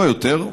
לא יותר,